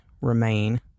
remain